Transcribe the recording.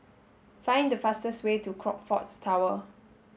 find the fastest way to Crockfords Tower